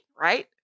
right